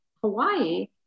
Hawaii